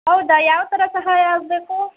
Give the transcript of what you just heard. ಹೌದಾ ಯಾವ ಥರ ಸಹಾಯ ಆಗಬೇಕು